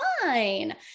fine